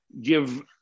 give